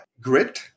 grit